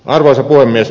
arvoisa puhemies